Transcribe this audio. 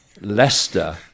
Leicester